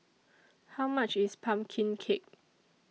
How much IS Pumpkin Cake